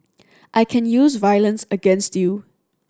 I can use violence against you